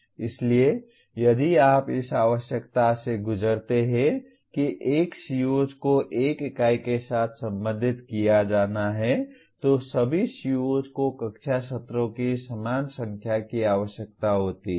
इसलिए यदि आप इस आवश्यकता से गुजरते हैं कि एक COs को एक इकाई के साथ सम्बंधित किया जाना है तो सभी COs को कक्षा सत्रों की समान संख्या की आवश्यकता होती है